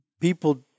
people